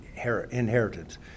Inheritance